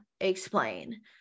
explain